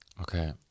Okay